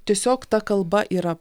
tiesiog ta kalba yra